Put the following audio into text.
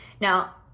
Now